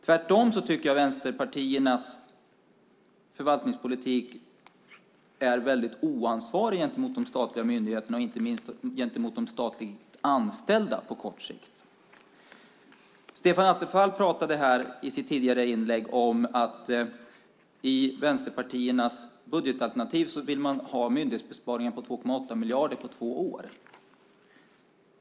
Tvärtom tycker jag att vänsterpartiernas förvaltningspolitik är väldigt oansvarig gentemot de statliga myndigheterna och inte minst gentemot de statligt anställda på kort sikt. Stefan Attefall pratade i sitt anförande tidigare om att man i vänsterpartiernas budgetalternativ vill ha myndighetsbesparingar på 2,8 miljarder på två år.